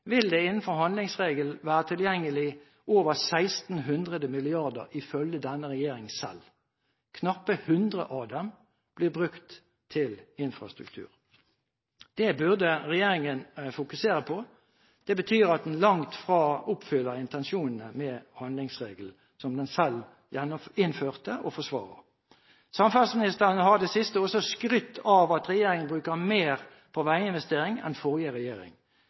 vil det innenfor handlingsregelen være tilgjengelig over 1 600 mrd. ifølge denne regjeringen selv. Knappe 100 mrd. kr av disse blir brukt til infrastruktur. Det burde regjeringen fokusere på. Det betyr at den langt fra oppfyller intensjonen med handlingsregelen som den selv innførte og forsvarer. Samferdselsministeren har i det siste også skrytt av at regjeringen bruker mer på veiinvesteringer enn forrige regjering.